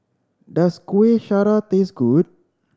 does Kuih Syara taste good